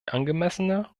angemessene